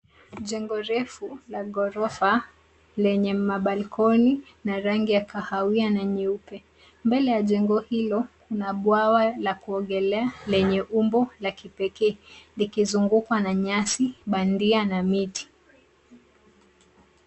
Jengo refu la ghorofa lenye mabalkoni na rangi ya kahawia na nyeupe. Mbele ya jengo hilo kuna bwawa la kuogolea lenye umbo la kipekee, likizungukwa na nyasi bandia na miti.